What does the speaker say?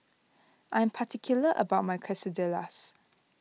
I am particular about my Quesadillas